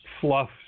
fluff